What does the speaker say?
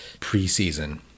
preseason